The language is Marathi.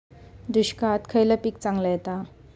दुष्काळात खयला पीक चांगला येता?